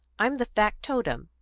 i'm the factotum,